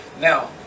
Now